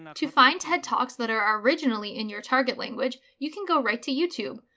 and to find ted talks that are originally in your target language, you can go right to youtube.